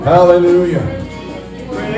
Hallelujah